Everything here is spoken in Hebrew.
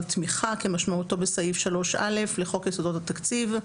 תמיכה כמשמעותו בסעיף 3א לחוק יסודות התקציב,